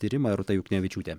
tyrimą rūta juknevičiūtė